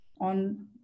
on